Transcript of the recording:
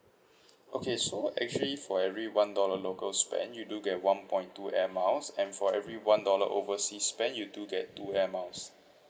okay so actually for every one dollar local spend you do get one point two air miles and for every one dollar overseas spend you do get two air miles